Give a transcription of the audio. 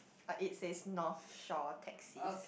ah it says North Shore taxis